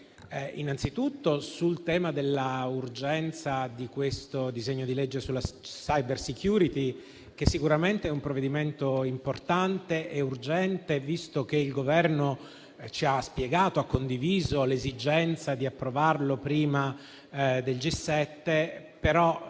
innanzitutto sul tema dell'urgenza di questo disegno di legge sulla *cybersecurity*, che sicuramente è un provvedimento importante e urgente, visto che il Governo ci ha spiegato e ha condiviso l'esigenza di approvarlo prima del G7, ma non capiamo come mai, se